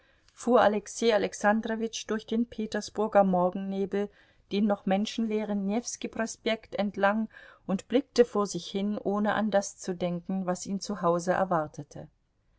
fuhr alexei alexandrowitsch durch den petersburger morgennebel den noch menschenleeren newski prospekt entlang und blickte vor sich hin ohne an das zu denken was ihn zu hause erwartete